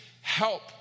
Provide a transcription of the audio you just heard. help